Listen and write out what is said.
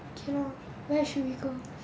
K lor where should we go